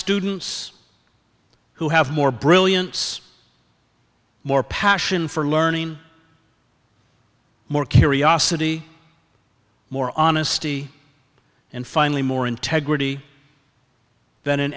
students who have more brilliance more passion for learning more curiosity more honesty and finally more integrity than in